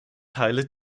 teile